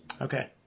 Okay